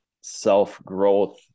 self-growth